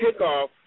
kickoff